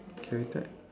can return